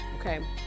okay